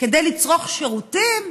כדי לצרוך שירותים,